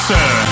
Sir